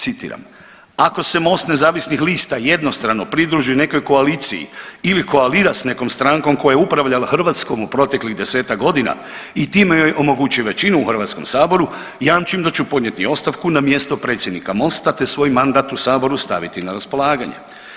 Citiram, ako se MOST nezavisnih lista jednostrano pridruži nekoj koaliciji ili koalira s nekom strankom koja je upravljala Hrvatskom u proteklih 10-ak godina i time joj omogući većinu u Hrvatskom saboru jamčim da ću podnijeti ostavku na mjesto predsjednika MOST-a te svoj mandat u saboru staviti na raspolaganje.